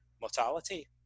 mortality